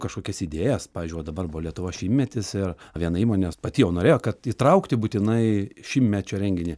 kažkokias idėjas pavyzdžiui va dabar buvo lietuvos šimtmetis ir viena įmonė pati jau norėjo kad įtraukti būtinai šimtmečio renginį